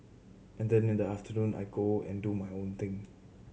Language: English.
and then in the afternoon I go and do my own thing